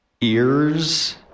ears